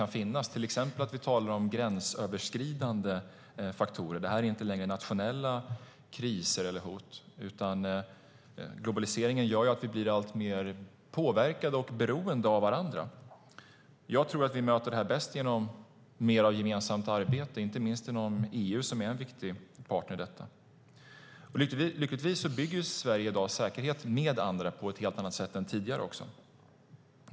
Vi talar till exempel om gränsöverskridande faktorer. Det är inte längre nationella kriser eller hot, utan globaliseringen som gör att vi blir alltmer påverkade och beroende av varandra. Jag tror att vi möter det bäst genom mer av gemensamt arbete, inte minst inom EU, som är en viktig partner i detta. Lyckligtvis bygger Sverige i dag säkerhet med andra på ett helt annat sätt än tidigare.